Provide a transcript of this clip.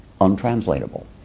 Untranslatable